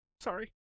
Sorry